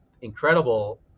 incredible